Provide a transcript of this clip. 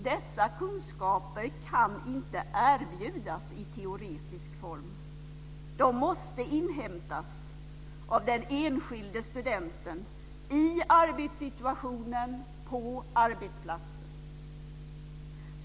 Dessa kunskaper kan inte erbjudas i teoretisk form, de måste inhämtas av den enskilde studenten i arbetssituationen på arbetsplatsen.